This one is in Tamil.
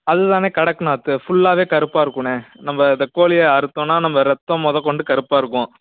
அது தானே கடக்நாத்து ஃபுல்லாகவே கருப்பாக இருக்குண்ணே நம்ம இதை கோழிய அறுத்தோன்னா நம்ம ரத்தம் முதக்கொண்டு கருப்பாக இருக்கும்